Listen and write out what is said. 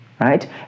right